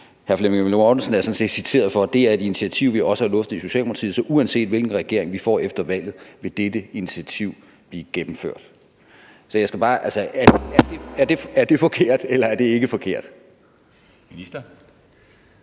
hr. Flemming Møller Mortensen er sådan set citeret for at sige: »Det er et initiativ, vi også har luftet i Socialdemokratiet, så uanset hvilken regering, vi får efter valget, vil dette initiativ blive gennemført«. Så jeg skal bare høre: